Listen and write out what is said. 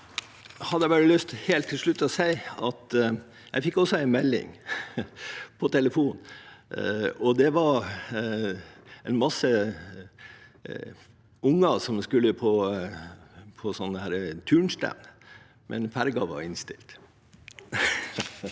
jeg bare lyst til å si at jeg fikk også en melding på telefonen, og det var om masse unger som skulle på turnstevne, men fergen var innstilt.